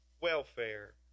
welfare